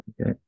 Okay